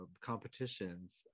competitions